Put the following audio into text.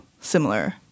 similar